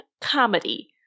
comedy